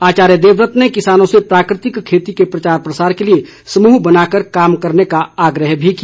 आचार्य देवव्रत ने किसानों से प्राकृतिक खेती के प्रचार प्रसार के लिए समूह बनाकर कार्य करने का आग्रह भी किया